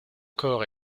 corps